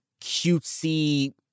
cutesy